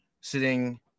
sitting